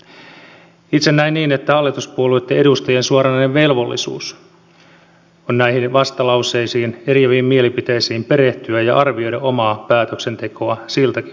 itse näen niin että hallituspuolueitten edustajien suoranainen velvollisuus on näihin vastalauseisiin ja eriäviin mielipiteisiin perehtyä ja arvioida omaa päätöksentekoa siltäkin pohjalta